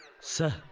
sir.